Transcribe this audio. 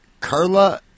Carla